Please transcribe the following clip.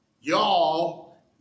y'all